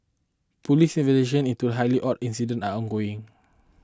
police investigations into highly odd incident are ongoing